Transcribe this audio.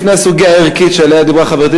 לפני הסוגיה הערכית שעליה דיברו חברתי